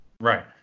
Right